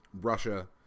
Russia